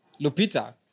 Lupita